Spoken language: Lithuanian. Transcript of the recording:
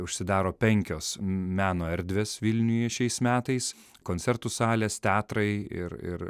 užsidaro penkios meno erdvės vilniuje šiais metais koncertų salės teatrai ir ir